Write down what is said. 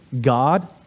God